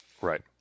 Right